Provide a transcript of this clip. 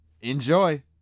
Enjoy